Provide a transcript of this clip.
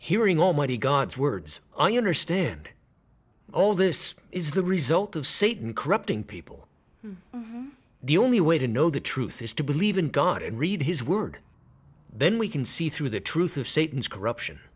hearing almighty god's words i understand all this is the result of satan corrupting people the only way to know the truth is to believe in god and read his word then we can see through the truth of satan's corruption